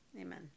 amen